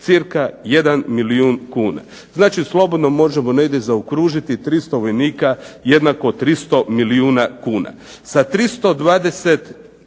cirka 1 milijun kuna. Znači slobodno možemo negdje zaokružiti 300 vojnika jednako 300 milijuna kuna.